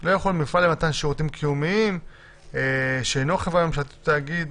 לא יחול על מפעל למתן שירותים קיומיים שאינו חברה ממשלתית או תאגיד,